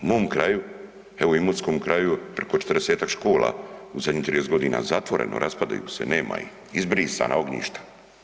U mom kraju, evo u imotskome kraju, preko 40-ak škola u zadnjih 30 g. zatvoreno, raspadaju se, nema ih, izbrisana ognjišta.